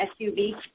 SUV